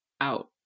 out